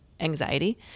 anxiety